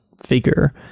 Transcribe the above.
figure